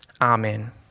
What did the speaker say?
Amen